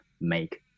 make